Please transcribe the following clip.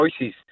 choices